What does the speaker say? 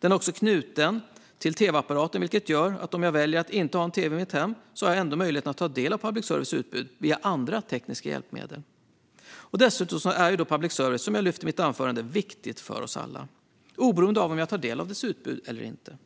Den är också knuten till tv-apparaten, vilket gör att jag även om jag väljer att inte ha en tv i mitt hem ändå har möjlighet att ta del av public services utbud via andra tekniska hjälpmedel. Dessutom är public service, som jag lyft fram tidigare i mitt anförande, viktigt för oss alla oberoende av om man tar del av dess utbud eller inte.